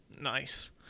Nice